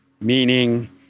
Meaning